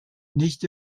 nicht